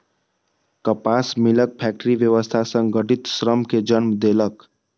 कपास मिलक फैक्टरी व्यवस्था संगठित श्रम कें जन्म देलक